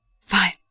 Fine